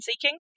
seeking